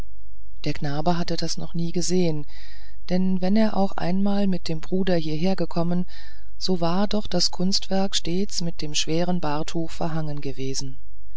der knabe hatte das noch nie gesehen denn wenn er auch einmal mit dem bruder hieher gekommen so war doch das kunstwerk stets mit dem schweren bahrtuch verhangen gewesen